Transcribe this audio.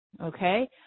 okay